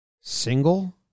Single